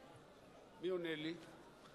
מי עונה לי?